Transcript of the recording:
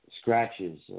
scratches